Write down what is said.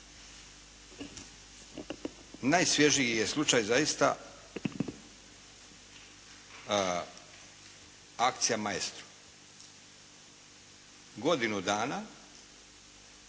najsvježiji je slučaj zaista akcija "Maestro". Godinu dana